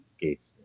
gates